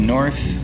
North